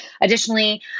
Additionally